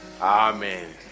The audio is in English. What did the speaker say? Amen